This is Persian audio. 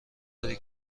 داری